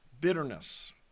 Bitterness